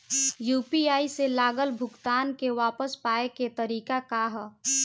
UPI से गलत भुगतान के वापस पाये के तरीका का ह?